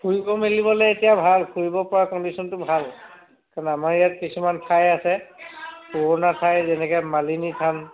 ফুৰিব মেলিবলে এতিয়া ভাল ফুৰিব পৰা কণ্ডিশ্যনটো ভাল কাৰণ আমাৰ ইয়াত কিছুমান ঠাই আছে পুৰণা ঠাই যেনেকে মালিনী থান